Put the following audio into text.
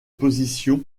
positions